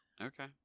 Okay